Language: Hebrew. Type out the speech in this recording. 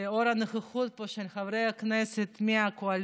לאור הנוכחות פה של חברי הכנסת מהקואליציה,